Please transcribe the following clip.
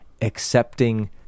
accepting